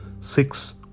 six